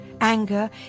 anger